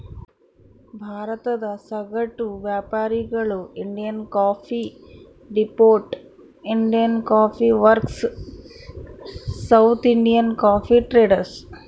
ಭಾರತದ ಸಗಟು ವ್ಯಾಪಾರಿಗಳು Indian coffee depot, Indian coffee works, South Indian coffee traders